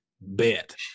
bet